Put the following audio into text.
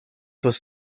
was